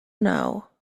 now